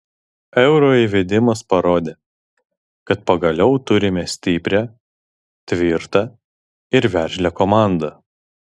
euro įvedimas parodė kad pagaliau turime stiprią tvirtą ir veržlią komandą